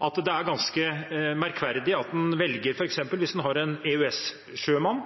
at det er ganske merkverdig. La oss ta som eksempel at en